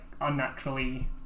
unnaturally